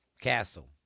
castle